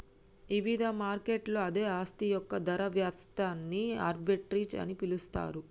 ఇవిధ మార్కెట్లలో అదే ఆస్తి యొక్క ధర వ్యత్యాసాన్ని ఆర్బిట్రేజ్ అని పిలుస్తరు